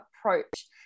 approach